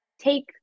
take